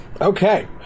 Okay